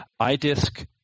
iDisk